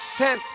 ten